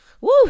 Woo